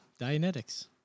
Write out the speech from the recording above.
Dianetics